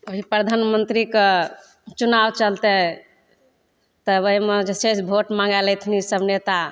अभी प्रधानमन्त्रीके चुनाव चलतै तऽ ओहिमे जे छै से भोट माँगैले अएथिन सभ नेता